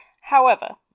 However-